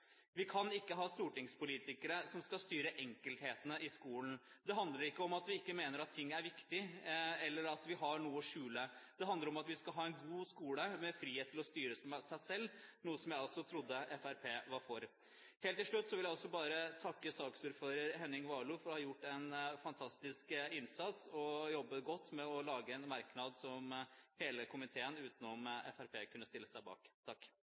Vi kan ikke ha stortingspolitikere som skal styre enkelthetene i skolen. Det handler ikke om at vi ikke mener at ting er viktige, eller at vi har noe å skjule. Det handler om at vi skal ha en god skole med frihet til å styre seg selv, noe som jeg også trodde Fremskrittspartiet var for. Helt til slutt vil jeg takke saksordføreren Henning Warloe for å ha gjort en fantastisk innsats og for å ha jobbet godt med å lage en merknad som hele komiteen, utenom Fremskrittspartiet, kunne stille seg bak.